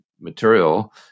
material